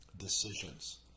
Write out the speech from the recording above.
decisions